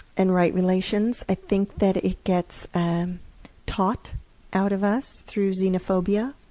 and right relations. i think that it gets taught out of us through xenophobia